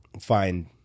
find